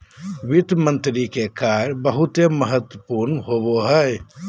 वित्त मंत्री के कार्य बहुते महत्वपूर्ण होवो हय